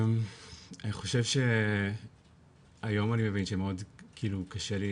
אני חושב היום אני מבין שמאוד כאילו קשה לי